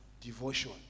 devotion